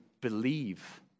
believe